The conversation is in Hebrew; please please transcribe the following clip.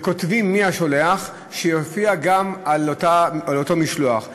שיכתבו מי השולח, יופיעו גם באותו משלוח.